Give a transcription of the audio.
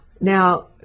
Now